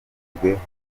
urubyiruko